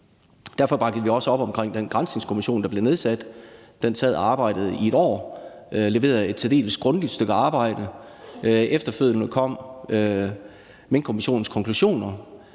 Derfor bakkede vi også op omkring den granskningskommission, der blev nedsat. Den sad og arbejdede i et år og leverede et særdeles grundigt stykke arbejde. Efterfølgende kom Minkkommissionens konklusioner,